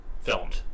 filmed